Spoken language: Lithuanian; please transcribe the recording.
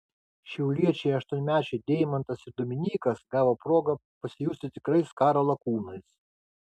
šiauliečiai aštuonmečiai deimantas ir dominykas gavo progą pasijusti tikrais karo lakūnais